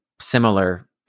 similar